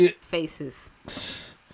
faces